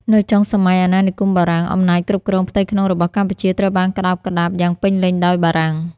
នៅចុងសម័យអាណានិគមបារាំង អំណាចគ្រប់គ្រងផ្ទៃក្នុងរបស់កម្ពុជាត្រូវបានក្ដោបក្ដាប់យ៉ាងពេញលេញដោយបារាំង។